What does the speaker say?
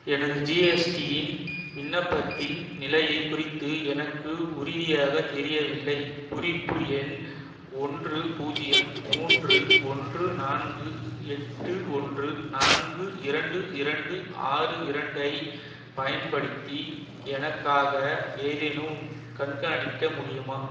எனது ஜிஎஸ்டியின் விண்ணப்பத்தின் நிலையைக் குறித்து எனக்கு உறுதியாக தெரியவில்லை குறிப்பு எண் ஒன்று பூஜ்ஜியம் மூன்று ஒன்று நான்கு எட்டு ஒன்று நான்கு இரண்டு இரண்டு ஆறு இரண்டை பயன்படுத்தி எனக்காக ஏதேனும் கண்காணிக்க முடியுமா